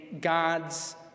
God's